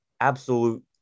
absolute